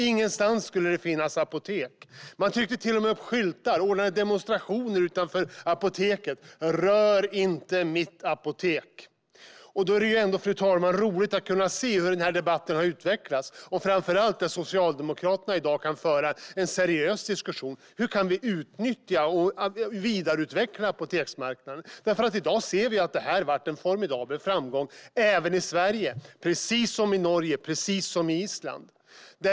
Ingenstans skulle det finnas apotek. Man gjorde till och med skyltar och ordnade demonstrationer utanför apoteken där det stod: Rör inte mitt apotek! Fru talman! Då är det roligt att kunna se hur denna debatt har utvecklats, och framför allt att Socialdemokraterna i dag kan föra en seriös diskussion om hur vi kan utnyttja och vidareutveckla apoteksmarknaden. I dag ser vi nämligen att detta har varit en formidabel framgång även i Sverige, precis som i Norge och precis som på Island.